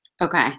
Okay